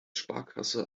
sparkasse